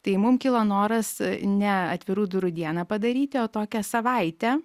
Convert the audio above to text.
tai mum kilo noras ne atvirų durų dieną padaryti o tokią savaitę